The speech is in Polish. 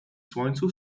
słońcu